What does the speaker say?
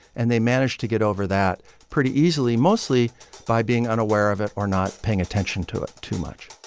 and they manage to get over that pretty easily, mostly by being unaware of it or not paying attention to it too much